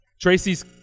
Tracy's